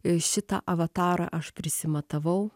ir šitą avatarą aš prisimatavau